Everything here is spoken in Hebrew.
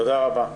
תודה.